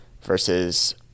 versus